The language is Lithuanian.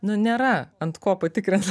nu nėra ant ko patikrint